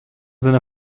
seiner